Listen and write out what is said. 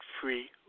Free